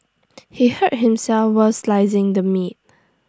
he hurt himself while slicing the meat